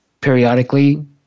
periodically